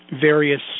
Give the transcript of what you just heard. various